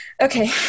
Okay